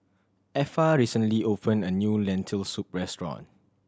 Effa recently opened a new Lentil Soup restaurant